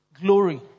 Glory